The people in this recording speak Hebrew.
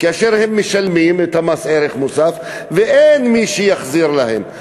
כאשר הם משלמים מס ערך מוסף ואין מי שיחזיר להם.